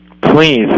please